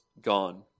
gone